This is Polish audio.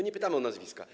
Nie pytamy o nazwiska.